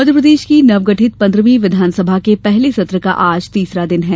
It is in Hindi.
मध्यप्रदेश की नवगठित पंद्रहवीं विधानसभा के पहले सत्र का आज तीसरा दिन है